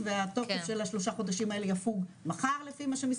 והתוקף של השלושה חודשים האלה יפוג מחר לפי מה שמשרד הבריאות אומר.